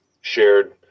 shared